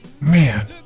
Man